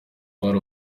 part